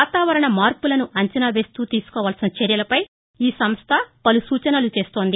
వాతావరణ మార్పులను అంచనా వేస్తూ తీసుకోవాల్సిన చర్యలపై ఈ సంస్ల పలు సూచనలు చేస్తుంది